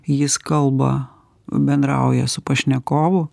jis kalba bendrauja su pašnekovu